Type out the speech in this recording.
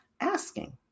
asking